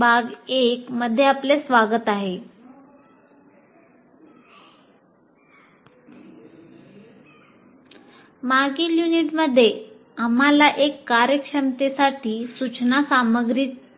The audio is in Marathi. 1 मध्ये आपले स्वागत आहे मागील युनिटमध्ये आम्हाला एक कार्यक्षमतेसाठी सूचना सामग्री तयार करण्याची प्रक्रिया समजली